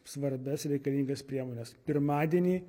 svarbias reikalingas priemones pirmadienį